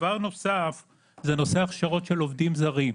דבר נוסף זה נושא הכשרות של עובדים זרים.